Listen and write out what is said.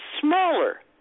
smaller